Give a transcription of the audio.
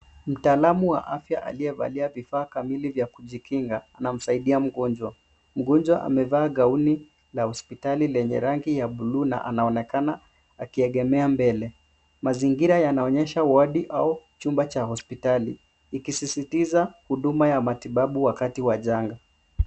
Mtaalamu wa afya aliyevalia vifaa kamili vya kujikinga anamsaidia mgonjwa. Mgonjwa amevaa gauni la hospitali lenye rangi ya bluu na anaonekana akiegemea mbele mazingira yanaonyesha wadi au chumba cha hospitali ikisisitiza huduma ya matibabu wakati wa janga.